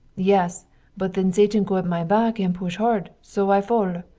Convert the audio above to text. yes but then satan go at my back and push hard, so i fall!